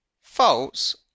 false